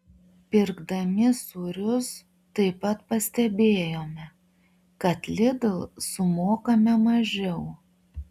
pirkdami sūrius taip pat pastebėjome kad lidl sumokame mažiau